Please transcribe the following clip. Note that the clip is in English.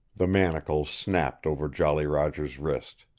the manacle snapped over jolly roger's wrist.